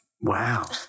Wow